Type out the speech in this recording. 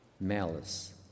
malice